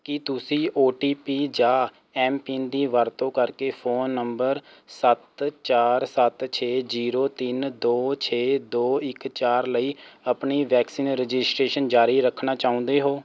ਕੀ ਤੁਸੀਂ O T P ਜਾਂ M PIN ਦੀ ਵਰਤੋਂ ਕਰਕੇ ਫ਼ੋਨ ਨੰਬਰ ਸੱਤ ਚਾਰ ਸੱਤ ਛੇ ਜ਼ੀਰੋ ਤਿੰਨ ਦੋ ਛੇ ਦੋ ਇੱਕ ਚਾਰ ਲਈ ਆਪਣੀ ਵੈਕਸੀਨ ਰਜਿਸਟ੍ਰੇਸ਼ਨ ਜਾਰੀ ਰੱਖਣਾ ਚਾਹੁੰਦੇ ਹੋ